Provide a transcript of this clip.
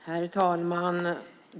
Herr talman!